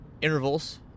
intervals